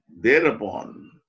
thereupon